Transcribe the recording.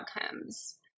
outcomes